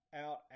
out